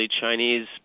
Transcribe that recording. Chinese